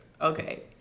Okay